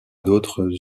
d’autres